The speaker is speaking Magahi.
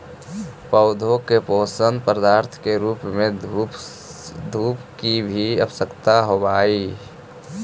पौधों को पोषक पदार्थ के रूप में धूप की भी आवश्यकता होवअ हई